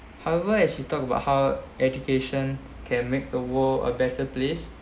however as she talked about how education can make the world a better place